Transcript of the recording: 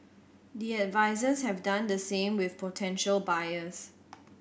the advisers have done the same with potential buyers